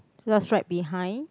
just right behind